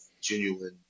genuine